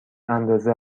اندازه